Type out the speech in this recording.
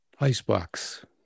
Icebox